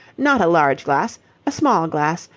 not a large glass a small glass.